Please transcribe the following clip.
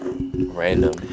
random